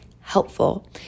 helpful